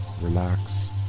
Relax